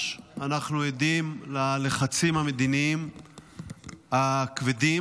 אנחנו עדים ללחצים המדיניים הכבדים,